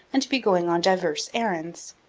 and to be going on diverse errands